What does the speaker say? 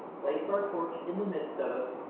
placed our torch in the midst of us,